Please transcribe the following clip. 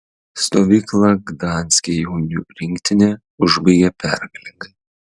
stovyklą gdanske jaunių rinktinė užbaigė pergalingai